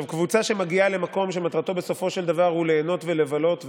קבוצה שמגיעה למקום ומטרתה בסופו של דבר היא ליהנות ולבלות,